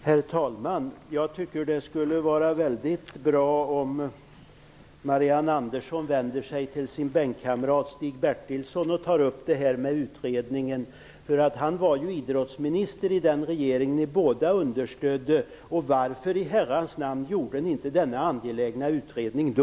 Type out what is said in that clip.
Herr talman! Jag tycker att det skulle vara mycket bra om Marianne Andersson vände sig till sin bänkkamrat Stig Bertilsson och tog upp frågan om utredningen med honom. Han var idrottsminister i den regering ni båda understödde. Varför i Herrans namn gjorde ni inte denna angelägna utredning då?